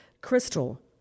Crystal